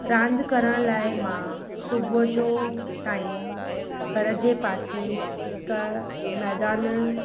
रांदि करणु लाइ मां सुबुह जो टाइम घरु जे पासे हिकु मैदान